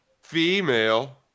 Female